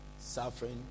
suffering